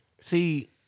See